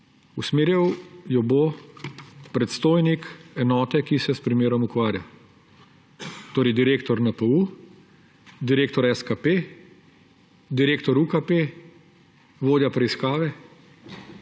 Usmerjal jo bo predstojnik enote, ki se s primerom ukvarja. Torej direktor NPU, direktor SKP, direktor UKP, vodja preiskave,